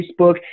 Facebook